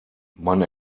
man